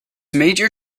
major